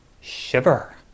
shiver